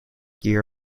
year